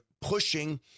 pushing